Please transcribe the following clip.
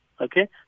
Okay